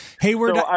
Hayward –